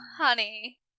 honey